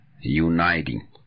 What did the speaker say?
Uniting